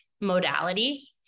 modality